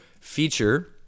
feature